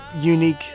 unique